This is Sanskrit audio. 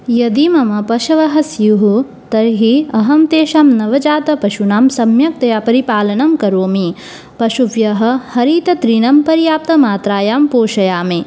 यदि मम पशवः स्युः तर्हि अहं तेषां नवजातपशूनां सम्यक्तया परिपालनं करोमि पशुभ्यः हरिततृणं पर्याप्तमात्रायां पोषयामि